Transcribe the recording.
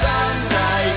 Sunday